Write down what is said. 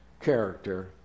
character